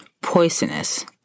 poisonous